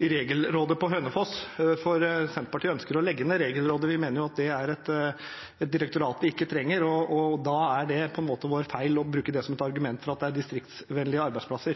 Senterpartiet ønsker å legge ned Regelrådet. Vi mener at det er et direktorat vi ikke trenger, og da har det på en måte vært feil å bruke som et argument at det er distriktsvennlige arbeidsplasser.